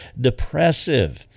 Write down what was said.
depressive